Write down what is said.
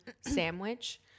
sandwich